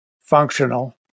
functional